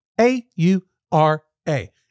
A-U-R-A